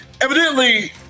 Evidently